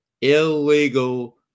illegal